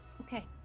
Okay